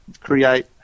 create